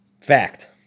Fact